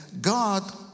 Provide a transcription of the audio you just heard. God